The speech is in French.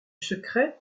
secret